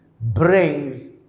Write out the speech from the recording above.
brings